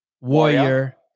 warrior